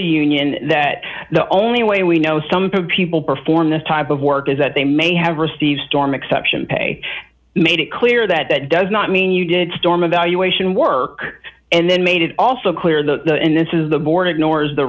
union that the only way we know some people perform this type of work is that they may have received storm exception pay made it clear that that does not mean you did storm evaluation work and then made it also clear the and this is the